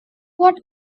what